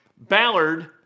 Ballard